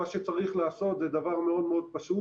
מה שצריך לעשות זה דבר מאוד מאוד פשוט